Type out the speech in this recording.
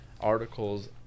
articles